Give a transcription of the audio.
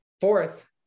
Fourth